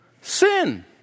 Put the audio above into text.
Sin